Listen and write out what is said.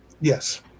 Yes